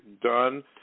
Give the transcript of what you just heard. done